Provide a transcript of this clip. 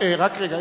רק רגע,